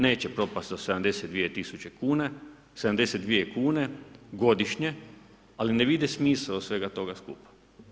Neće propasti za 72 tisuća kuna, 72 kune, godišnje, ali ne vide smisao svega toga skupa.